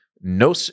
No